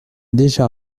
déjà